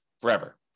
forever